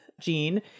gene